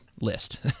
list